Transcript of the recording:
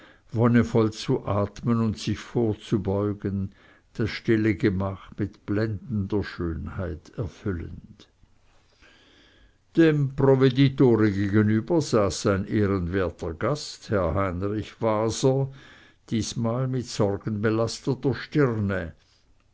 wonnevoll zu atmen und sich vorzubeugen das stille gemach mit blendender schönheit erfüllend dem provveditore gegenüber saß sein ehrenwerter gast herr heinrich waser diesmal mit sorgenbelasteter stirne